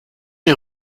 est